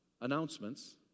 announcements